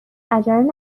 عجله